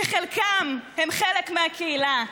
שחלקם הם חלק מהקהילה,